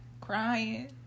crying